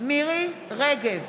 מירי רגב,